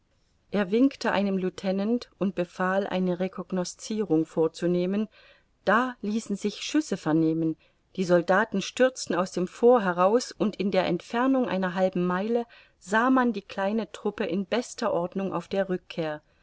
er winkte einem lieutenant und befahl eine recognoscirung vorzunehmen da ließen sich schüsse vernehmen die soldaten stürzten aus dem fort heraus und in der entfernung einer halben meile sah man die kleine truppe in bester ordnung auf der rückkehr